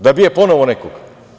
Da bije ponovo nekog?